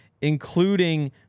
including